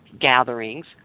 gatherings